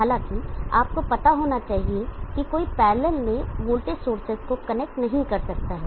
हालाँकि आपको पता होना चाहिए कि कोई पैरलल में वोल्टेज सोर्सेज को कनेक्ट नहीं कर सकता है